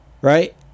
Right